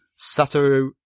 Satoru